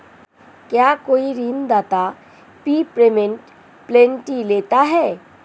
क्या कोई ऋणदाता प्रीपेमेंट पेनल्टी लेता है?